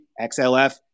XLF